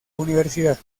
universidad